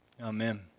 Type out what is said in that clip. Amen